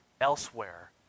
elsewhere